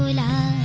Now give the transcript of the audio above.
la